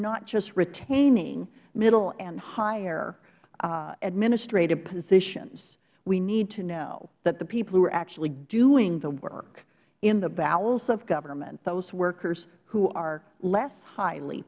not just retaining middle and higher administrative positions we need to know that the people who are actually doing the work in the bowels of government those workers who are less highly